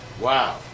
Wow